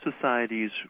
societies